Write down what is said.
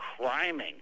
criming